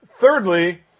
Thirdly